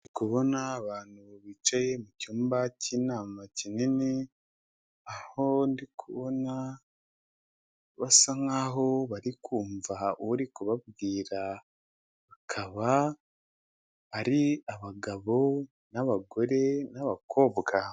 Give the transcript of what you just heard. Ndikubona abantu bicaye mu cyumba cy'inama kinini, aho ndi kubona basa nkaho barikumva uri kubabwira. Bakaba ari abagabo n'abagore n'abakobwa.